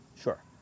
Sure